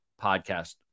podcast